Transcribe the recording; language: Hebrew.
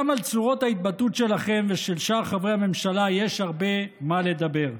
גם על צורות ההתבטאות שלכם ושל שאר חברי הממשלה יש הרבה מה לדבר,